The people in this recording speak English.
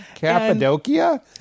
Cappadocia